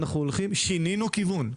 אנחנו שינינו כיוון,